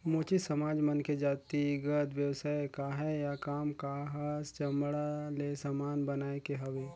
मोची समाज मन के जातिगत बेवसाय काहय या काम काहस चमड़ा ले समान बनाए के हवे